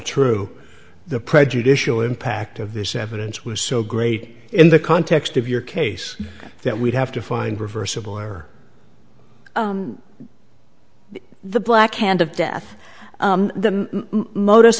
true the prejudicial impact of this evidence was so great in the context of your case that we'd have to find reversible or the black hand of death the modus